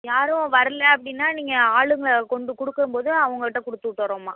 யாரும் வரலை அப்படின்னா நீங்கள் ஆளுங்களை கொண்டு கொடுக்கும்போது அவங்கள்ட்ட கொடுத்துட்டறோம்மா